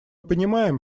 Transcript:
понимаем